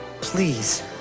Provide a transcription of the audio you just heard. please